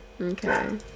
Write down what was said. Okay